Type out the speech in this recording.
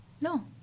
No